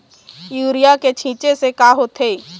Urea के छींचे से का होथे?